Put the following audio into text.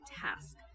task